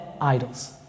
idols